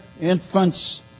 infants